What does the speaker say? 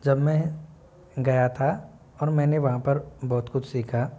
जब मैं गया था और मैंने वहाँ पर बहुत कुछ सीखा